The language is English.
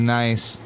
nice